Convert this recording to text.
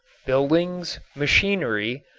buildings, machinery,